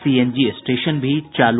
CNG station भी चालू